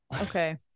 Okay